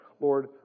Lord